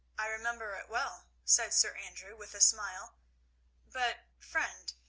i remember it well, said sir andrew, with a smile but, friend,